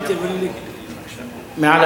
מעל